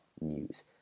news